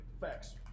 Facts